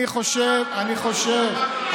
אדוני שר המשפטים, גם לנו חשובה מערכת המשפט.